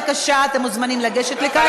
בבקשה,